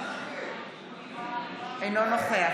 אינו נוכח